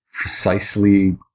Precisely